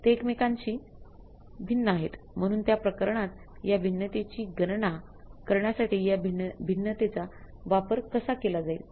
ते एकमेकांशी भिन्न आहेत म्हणून त्या प्रकरणात या भिन्नतेची गणना करण्यासाठी या भिन्नतेचा वापर कसा केला जाईल